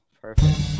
perfect